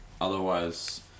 otherwise